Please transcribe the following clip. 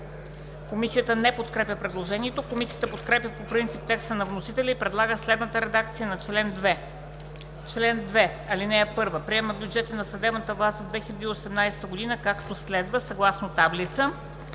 Комисията не подкрепя. Комисията подкрепя по принцип текста на вносителя и предлага следната редакция на чл. 2: „Чл. 2 (1) Приема бюджета на съдебната власт за 2018 г., както следва: (съгласно таблица).